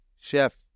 chef